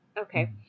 okay